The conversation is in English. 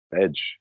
edge